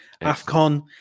AFCON